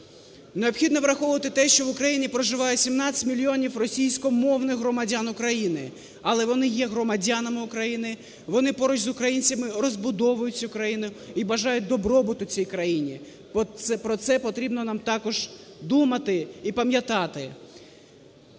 необхідно враховувати те, що в Україні проживає 17 мільйонів російськовомовних громадян України, але вони є громадянами України, вони поруч з українцями розбудовують цю країну і бажають добробуту цій країні, от про це потрібно нам також думати і пам'ятати.